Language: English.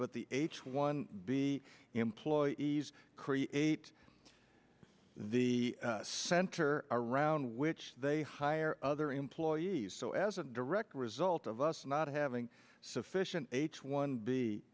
the h one b employees create the center around which they hire other employees so as a direct result of us not having sufficient h one b